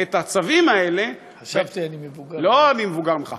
את הצווים האלה, חשבתי שאני מבוגר ממך.